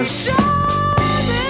shining